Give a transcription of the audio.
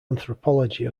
anthropology